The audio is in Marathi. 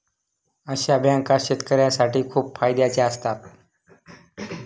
अशा बँका शेतकऱ्यांसाठी खूप फायद्याच्या असतात